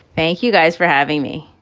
thank you guys for having me